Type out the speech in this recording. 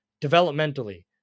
developmentally